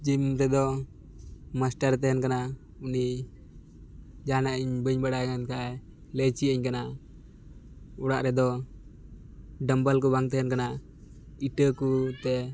gym ᱨᱮᱫᱚ ᱢᱟᱥᱴᱟᱨᱮ ᱛᱟᱦᱮᱱ ᱠᱟᱱᱟ ᱩᱱᱤ ᱡᱟᱦᱟᱱᱟᱜ ᱤᱧ ᱵᱟᱹᱧ ᱵᱟᱲᱟᱭᱠᱟᱱ ᱠᱟᱱ ᱛᱟᱦᱮᱸᱫ ᱞᱟᱹᱭ ᱪᱮᱫᱟᱹᱧ ᱠᱟᱱᱟᱭ ᱚᱲᱟᱜ ᱨᱮᱫᱚ ᱰᱟᱢᱵᱮᱞᱠᱚ ᱵᱟᱝ ᱛᱮᱦᱮᱱ ᱠᱟᱱᱟ ᱤᱴᱟᱹᱠᱚ ᱛᱮ